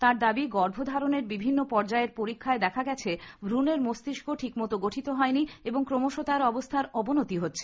তাঁর দাবী গর্ভধারণের বিভিন্ন পর্যায়ের পরীক্ষায় দেখা গেছে ভ্রণের মস্তিস্ক ঠিকমতো গঠিত হয়নি এবং ক্রমশ তার অবস্হার অবনতি হচ্ছে